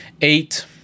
Eight